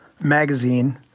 magazine